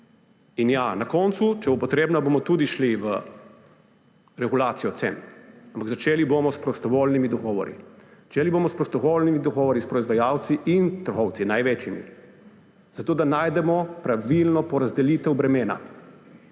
In ja, na koncu, če bo potrebno, bomo tudi šli v regulacijo cen. Ampak začeli bomo s prostovoljnimi dogovori. Začeli bomo s prostovoljnimi dogovori s proizvajalci in trgovci, največjimi, zato da najdemo pravilno porazdelitev bremena.